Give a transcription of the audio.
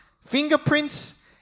fingerprints